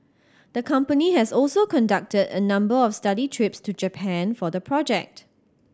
the company has also conducted a number of study trips to Japan for the project